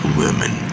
women